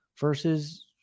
versus